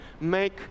make